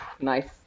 nice